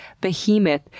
behemoth